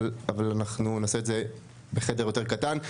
אבל אנחנו נעשה את זה בחדר יותר קטן.